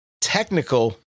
technical